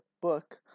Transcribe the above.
book